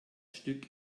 stück